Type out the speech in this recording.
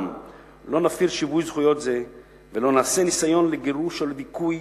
לא נפר שיווי זכויות זה ולא נעשה ניסיון לגירוש או לדיכוי"